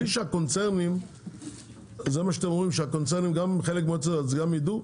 אתם אומרים שהקונצרנים הם גם חלק, אז שגם ידעו,